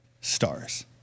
stars